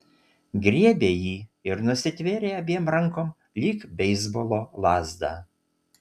griebė jį ir nusitvėrė abiem rankom lyg beisbolo lazdą